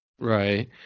Right